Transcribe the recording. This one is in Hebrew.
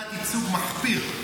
הם בתת-ייצוג מחפיר.